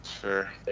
Sure